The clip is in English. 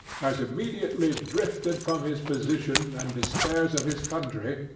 has immediately drifted from his position, and despairs of his country,